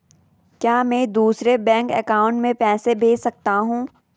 क्या मैं दूसरे बैंक अकाउंट में पैसे भेज सकता हूँ?